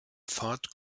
pfad